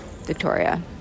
Victoria